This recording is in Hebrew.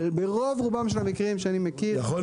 ברוב רובם של המקרים שאני מכיר,